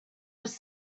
was